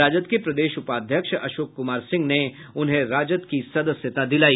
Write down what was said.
राजद के प्रदेश उपध्यक्ष अशोक कुमार सिंह ने उन्हें राजद की सदस्यता दिलाई